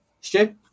Stu